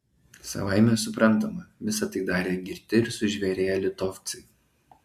savaime suprantama visa tai darė girti ir sužvėrėję litovcai